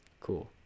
cool